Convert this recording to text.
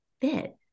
fit